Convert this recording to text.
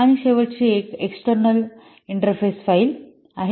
आणि शेवटची एक एक्सटर्नल इंटरफेस फाइल आहे